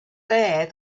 there